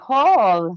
Paul